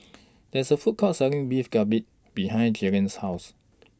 There IS A Food Court Selling Beef Galbi behind Jayleen's House